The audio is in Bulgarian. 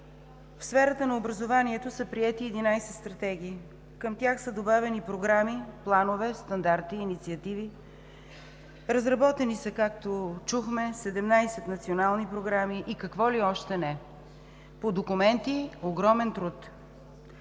в сферата на образованието са приети 11 стратегии. Към тях са добавени програми, планове, стандарти, инициативи, разработени са, както чухме, 17 национални програми и какво ли още не. По документи – огромен труд.